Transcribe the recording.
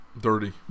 Dirty